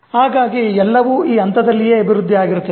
ಹಾಗಾಗಿ ಎಲ್ಲವೂ ಆ ಹಂತದಲ್ಲಿಯೇ ಅಭಿವೃದ್ಧಿ ಆಗಿರುತ್ತದೆ